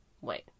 Wait